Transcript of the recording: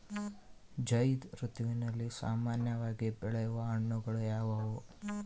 ಝೈಧ್ ಋತುವಿನಲ್ಲಿ ಸಾಮಾನ್ಯವಾಗಿ ಬೆಳೆಯುವ ಹಣ್ಣುಗಳು ಯಾವುವು?